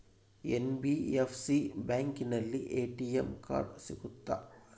NBFC ಬ್ಯಾಂಕಿನಲ್ಲಿ ATM card ಸಿಗುತ್ತಾ?